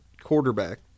quarterback